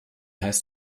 heißt